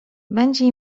będzie